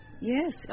Yes